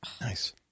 Nice